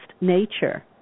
nature